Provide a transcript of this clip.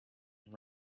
and